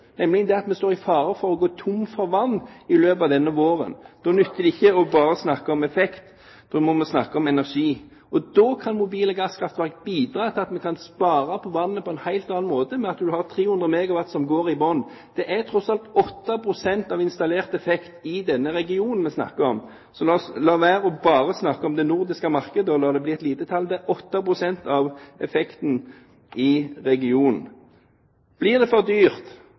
nemlig at vi står i fare for å gå tomme for vann i løpet av denne våren. Da nytter det ikke bare å snakke om effekt, da må vi snakke om energi. Da kan mobile gasskraftverk bidra til at vi kan spare på vannet på en helt annen måte, ved at vi har 300 MW som går i bånn. Det er tross alt 8 pst. av installert effekt i denne regionen vi snakker om. Så la oss la være å bare snakke om det nordiske markedet og la det bli et lite tall – det er 8 pst. av effekten i regionen. Blir det for